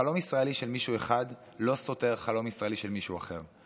חלום ישראלי של מישהו אחד לא סותר חלום ישראלי של מישהו אחר.